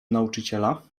nauczyciela